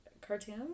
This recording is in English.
cartoon